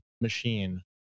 machine